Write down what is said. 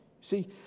See